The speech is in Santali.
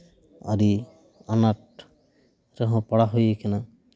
ᱟᱹᱰᱤ ᱟᱱᱟᱴ ᱨᱮᱦᱚᱸ ᱯᱟᱲᱟᱣ ᱦᱩᱭ ᱟᱠᱟᱱᱟ